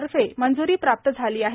तर्फे मंज्री प्राप्त झाली आहे